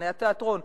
במבחני התיאטרון.